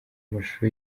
mashusho